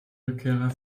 rückkehrer